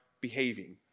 behaving